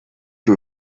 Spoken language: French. que